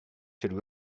should